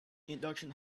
induction